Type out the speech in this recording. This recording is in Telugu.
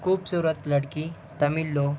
ఖూబ్సూరత్ లడ్కీ తమిళ్లో